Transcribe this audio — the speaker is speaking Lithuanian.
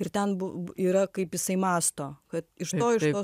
ir ten yra kaip jisai mąsto kad iš to iš to